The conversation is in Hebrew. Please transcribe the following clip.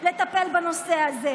לטפל בנושא הזה,